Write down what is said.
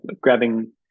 grabbing